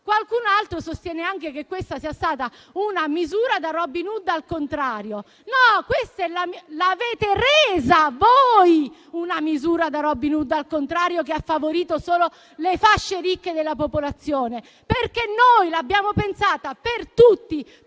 Qualcun altro sostiene anche che questa sia stata una misura da Robin Hood al contrario. No: l'avete resa voi una misura da Robin Hood al contrario, che ha favorito solo le fasce ricche della popolazione, perché noi l'abbiamo pensata per tutti,